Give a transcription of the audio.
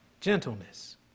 Gentleness